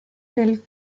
del